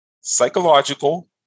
psychological